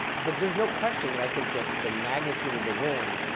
but there's no question that i think that the magnitude of the win,